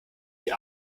die